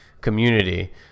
community